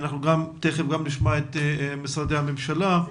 בהמשך גם נשמע את משרדי הממשלה.